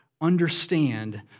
understand